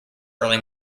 early